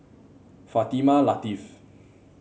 Fatimah Lateef